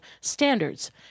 standards